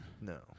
No